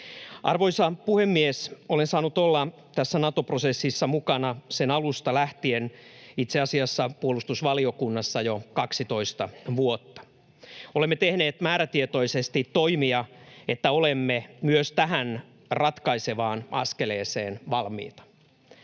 Arvoisa puhemies! Olen saanut olla tässä Nato-prosessissa mukana sen alusta lähtien, itse asiassa puolustusvaliokunnassa jo 12 vuotta. Olemme tehneet määrätietoisesti toimia, että olemme myös tähän ratkaisevaan askeleeseen valmiita.